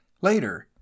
Later